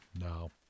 no